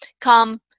Come